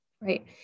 right